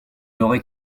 n’aurait